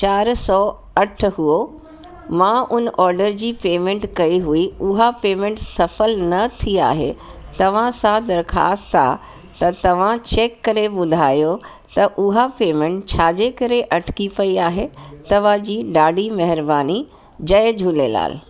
चारि सौ अठ हुओ मां उन ऑडर जी पेमेंट कई हुई उहा पेमेंट सफल न थी आहे तव्हां सां दरख्वास्तु आहे त तव्हां चेक करे ॿुधायो त उहा पेमेंट छाजे करे अटकी पई आहे तव्हां जी ॾाढी महिरबानी जय झूलेलाल